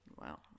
Wow